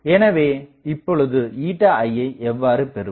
எனவே இப்பொழுது ηi யை எவ்வாறு பெறுவது